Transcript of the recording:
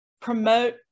promote